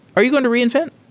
are you going to reinvent?